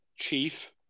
chief